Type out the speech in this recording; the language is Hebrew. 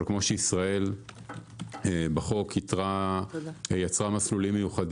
אבל כמו שישראל בחוק יצרה מסלולים ייחודים,